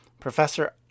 Professor